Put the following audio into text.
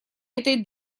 этой